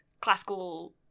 classical